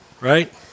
right